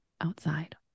outside